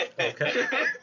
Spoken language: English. Okay